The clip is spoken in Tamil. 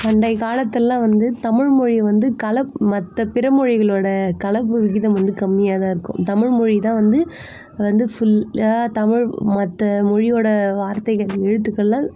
பண்டைய காலத்துலெல்லாம் வந்து தமிழ்மொழி வந்து கல மற்ற பிற மொழிகளோடய கலப்பு விகிதம் வந்து கம்மியாகதான் இருக்கும் தமிழ்மொழிதான் வந்து வந்து ஃபுல்லாக தமிழ் மற்ற மொழியோடய வார்த்தைகள் எழுத்துக்களில்